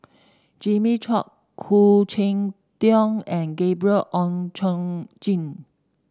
Jimmy Chok Khoo Cheng Tiong and Gabriel Oon Chong Jin